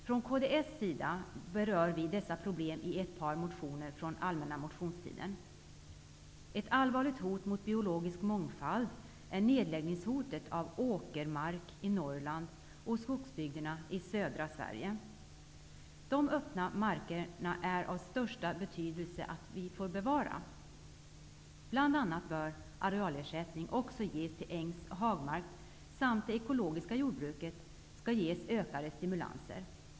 Från kds sida berör vi dessa problem i ett par motioner från allmänna motionstiden. Ett allvarligt hot mot biologisk mångfald är hotet om nedläggning av åkermark i Norrland och skogsbygderna i södra Sverige. Dessa öppna marker är det av största betydelse att bevara. Bl.a. bör arealersättning också ges till ängsoch hagmark, och det ekologiska jordbruket skall ges ökade stimulanser.